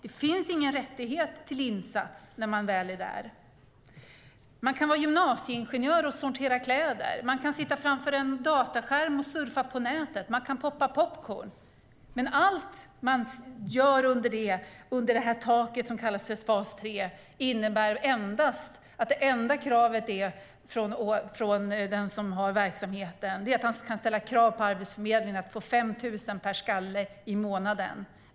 Det finns ingen rätt till insats när man väl är i fas 3. Man kan vara gymnasieingenjör och sortera kläder. Man kan sitta framför en dataskärm och surfa på nätet. Man kan poppa popcorn. Allt man gör under det tak som kallas fas 3 innebär endast att det enda kravet som finns från verksamhetsutövaren är att få 5 000 per skalle i månaden från Arbetsförmedlingen.